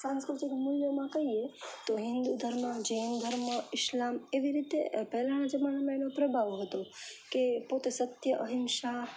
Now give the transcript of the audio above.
સાંસ્કૃતિક મૂલ્યમાં કહીએ તો હિન્દુ ધર્મ જૈન ધર્મ ઈસ્લામ એવી રીતે પહેલાંના જમાનામાં એનો પ્રભાવ હતો કે પોતે સત્ય અહિંસા